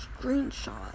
screenshot